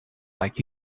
like